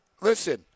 Listen